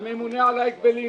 הממונה על ההגבלים